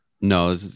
No